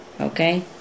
Okay